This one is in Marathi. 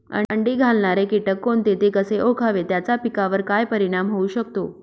अंडी घालणारे किटक कोणते, ते कसे ओळखावे त्याचा पिकावर काय परिणाम होऊ शकतो?